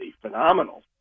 Phenomenal